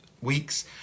weeks